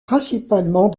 principalement